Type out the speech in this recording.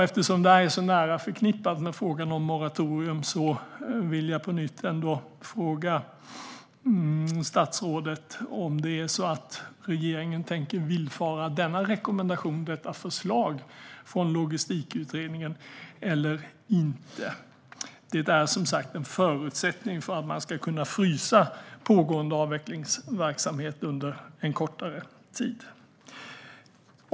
Eftersom detta är så nära förknippat med frågan om moratorium vill jag på nytt fråga statsrådet om det är så att regeringen tänker villfara denna rekommendation, detta förslag, från logistikutredningen eller inte. Det är som sagt en förutsättning för att man ska kunna frysa pågående avvecklingsverksamhet under en kortare tid.